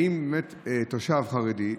האם באמת תושב חרדי,